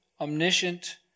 omniscient